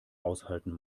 aushalten